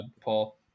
Paul